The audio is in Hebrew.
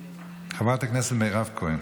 חברת הכנסת מירב כהן.